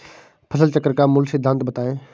फसल चक्र का मूल सिद्धांत बताएँ?